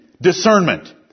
Discernment